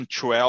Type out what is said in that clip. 12